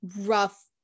rough